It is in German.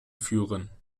führen